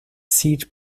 seed